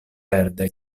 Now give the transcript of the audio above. verde